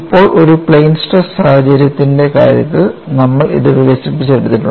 ഇപ്പോൾ ഒരു plain stress സാഹചര്യത്തിന്റെ കാര്യത്തിൽ നമ്മൾ ഇത് വികസിപ്പിച്ചെടുത്തിട്ടുണ്ട്